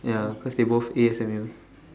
ya cause they both A_S_M_U